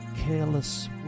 careless